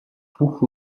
бүх